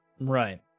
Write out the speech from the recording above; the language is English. Right